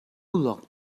locked